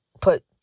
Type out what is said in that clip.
put